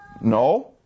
No